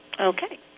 Okay